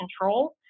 control